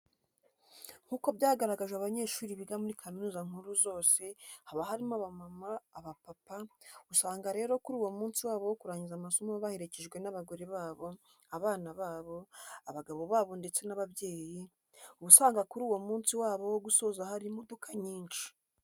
Nk'uko byagaragajwe abanyeshuri biga muri kaminuza nkuru zose haba harimo abamama, abapapa, usanga rero kuri uwo munsi wabo wo kurangiza amasomo baherekejwe n'abagore babo, abana babo, abagabo babo ndetse n'ababyeyi, uba usanga kuri uwo munsi wabo wo gusoza hari imodoka nyinshi.